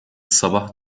sabah